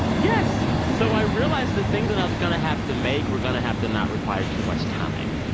yes! so i realized the things that and i was going to have to make were going to have to not require too much time.